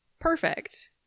Perfect